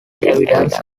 evidence